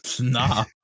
nah